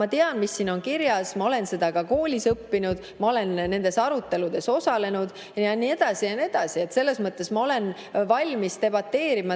Ma tean, mis siin on kirjas, ma olen seda ka koolis õppinud, ma olen nendes aruteludes osalenud ja nii edasi ja nii edasi. Selles mõttes olen ma valmis teiega